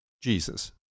jesus